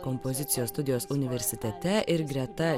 kompozicijos studijos universitete ir greta